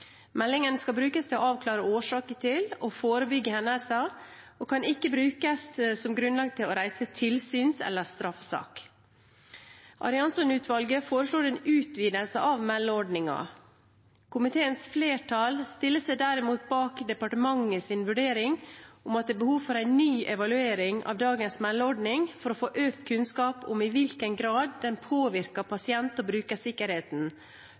Meldinger skal brukes til å avklare årsaker til og forebygge hendelser og kan ikke brukes som grunnlag for å reise tilsyns- eller straffesak. Arianson-utvalget foreslår en utvidelse av meldeordningen. Komiteens flertall stiller seg derimot bak departementets vurdering om at det er behov for en ny evaluering av dagens meldeordning for å få økt kunnskap om i hvilken grad den påvirker pasient- og brukersikkerheten før den eventuelt utvides til å